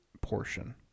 portion